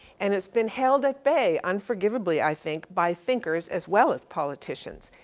and it's been held at bay, unforgivably, i think, by thinkers as well as politicians.